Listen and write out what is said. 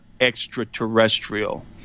extraterrestrial